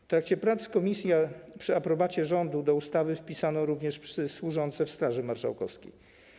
W trakcie prac komisji przy aprobacie rządu do ustawy wpisano również psy służące w Straży Marszałkowskiej.